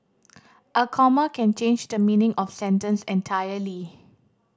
a comma can change the meaning of sentence entirely